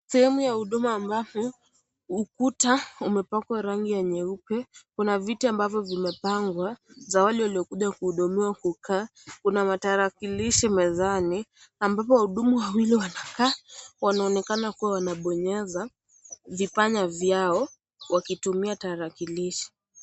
Sehemu ya huduma ambapo ukuta umepakwa rangi nyeupe kuna viti ambavyo vimepangwa za wale waliokuja kuhudumiwa kukaa kuna matarakilishi mezani ambapo wahudumu wawili wanakaa wanaonekana kuwa wanaponyeza vipanya vyao wakitumia tarakilishi.